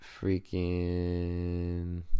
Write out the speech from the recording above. freaking